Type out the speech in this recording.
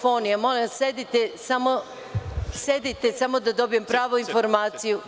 Molim vas sedite, samo da dobijem pravu informaciju.